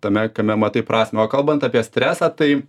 tame kame matai prasmę o kalbant apie stresą tai